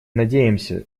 надеемся